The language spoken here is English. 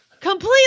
completely